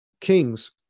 kings